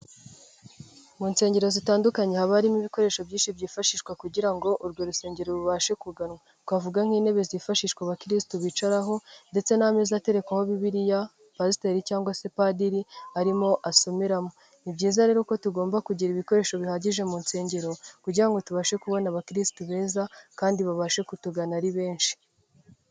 Mu nsengero zitandukanye haba harimo ibikoresho byinshi, byifashishwa kugira ngo urwo rusengero rubashe kuganwa. Twavuga: nk'intebe zifashishwa abakirisitu bicaraho ndetse n'ameza aterekwaho Bibiliya, Pasiteri cyangwa se Padiri arimo asomeramo. Ni byiza rero ko tugomba kugira ibikoresho bihagije mu nsengero kugira ngo tubashe kubona abakirisitu beza kandi babashe kutugana ari benshi.